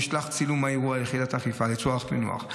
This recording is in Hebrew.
נשלח צילום האירוע ליחידת האכיפה לצורך פענוח.